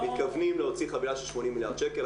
מתכוונים להוציא חבילה של 80 מיליארד שקל.